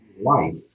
life